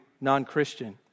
non-Christian